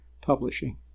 publishing